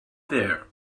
there